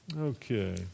Okay